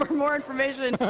like more information,